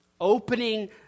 Opening